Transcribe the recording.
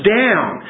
down